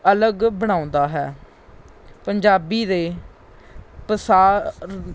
ਅਲੱਗ ਬਣਾਉਂਦਾ ਹੈ ਪੰਜਾਬੀ ਦੇ ਪਸਾਰ